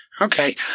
Okay